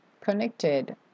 connected